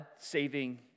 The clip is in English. saving